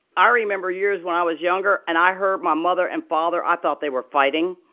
ah remember years when i was younger, and i heard my mother and father i thought they were fighting